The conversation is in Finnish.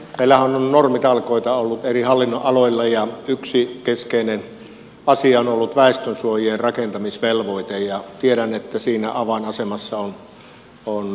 meillähän on normitalkoita ollut eri hallinnonaloilla ja yksi keskeinen asia on ollut väestönsuojien rakentamisvelvoite ja tiedän että siinä avainasemassa on sisäasiainministeriö